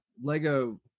Lego